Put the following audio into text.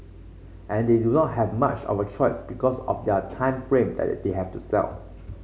and they do not have much of a choice because of their time frame that they have to sell